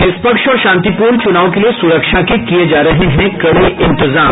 निष्पक्ष और शांतिपूर्ण चुनाव के लिये सुरक्षा के किये जा रहे हैं कड़े इंतजाम